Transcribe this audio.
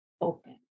open